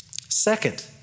Second